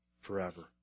forever